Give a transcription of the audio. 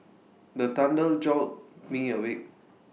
the thunder jolt me awake